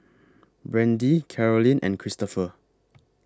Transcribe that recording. Brandie Carolyn and Christoper